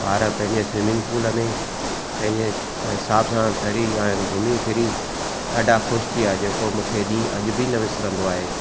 ॿार पंहिंजे swimming pool में पंहिंजे हिसाब सां तरी ऐं घुमी फिरी ॾाढा ख़ुशि थी विया जेको मूंखे ॾींहुं अॼ बि न विसरंदो आहे